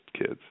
kids